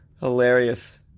Hilarious